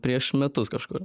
prieš metus kažkur